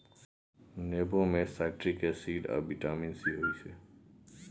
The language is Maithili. नेबो मे साइट्रिक एसिड आ बिटामिन सी होइ छै